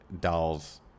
dolls